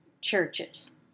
churches